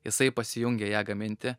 jisai pasijungė ją gaminti